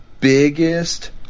biggest